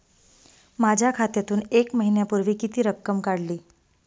माझ्या खात्यातून एक महिन्यापूर्वी किती रक्कम काढली?